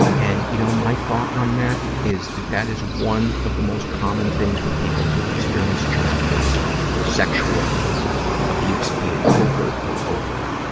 and, you know, my thought on that, is that that is one of the most common things for people who've experienced childhood sexual abuse, be it covert or overt.